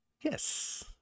yes